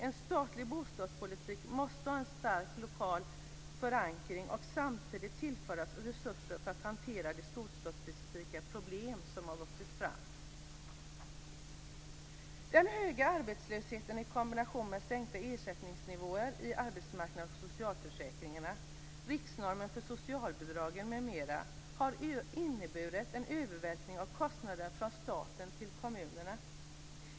En statlig bostadspolitik måste ha en stark lokal förankring och samtidigt tillföras resurser för att hantera de storstadsspecifika problem som har vuxit fram. Den höga arbetslösheten i kombination med sänkta ersättningsnivåer i arbetsmarknads och socialförsäkringarna, riksnormen för socialbidrag m.m. har inneburit en övervältring av kostnader från staten till kommunerna.